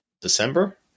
December